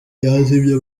yazimye